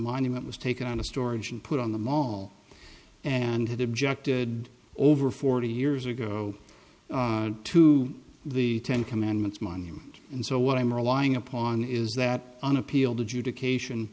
monument was taken out of storage and put on the mall and had objected over forty years ago to the ten commandments monument and so what i'm relying upon is that on appeal to jude occasion